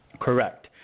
Correct